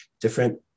different